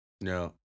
No